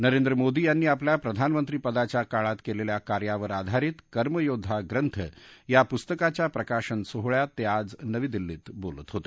नरेंद्र मोदी यांनी आपल्या प्रधानमंत्री पदाच्या काळात केलेल्या कार्यावर आधारित कर्मयोद्धा ग्रंथ या पुस्तकाच्या प्रकाशन सोहळ्यात ते आज नवी दिल्लीत बोलत होते